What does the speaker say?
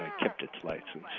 ah kept its license